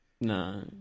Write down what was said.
No